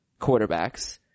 quarterbacks